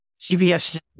CBS